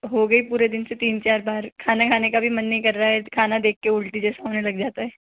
हो गई पूरे दिन से तीन चार बार खाना खाने का भी मन नहीं कर रहा है खाना देख के उल्टी जैसा होने लग जाता है